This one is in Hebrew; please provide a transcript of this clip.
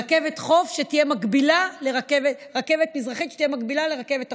רכבת אזרחית שתהיה מקבילה לרכבת החוף.